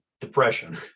depression